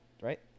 right